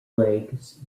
legs